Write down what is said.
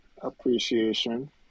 Appreciation